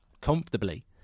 comfortably